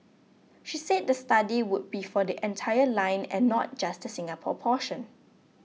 she said the study would be for the entire line and not just the Singapore portion